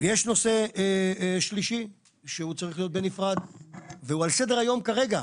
יש נושא שלישי שהוא צריך להיות בנפרד והוא על סדר היום כרגע,